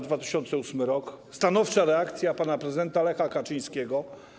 2008 r. Stanowcza reakcja pana prezydenta Lecha Kaczyńskiego.